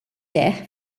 seħħ